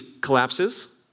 collapses